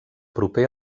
proper